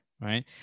right